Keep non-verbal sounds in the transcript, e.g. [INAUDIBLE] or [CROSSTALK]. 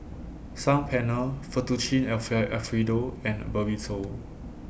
Saag Paneer Fettuccine [UNINTELLIGIBLE] Alfredo and Burrito